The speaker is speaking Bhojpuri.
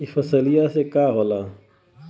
ई फसलिया से का होला?